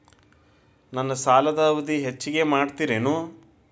ನನ್ನ ಸಾಲದ ಅವಧಿ ಹೆಚ್ಚಿಗೆ ಮಾಡ್ತಿರೇನು?